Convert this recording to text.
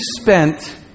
spent